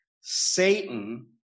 Satan